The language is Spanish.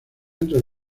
entre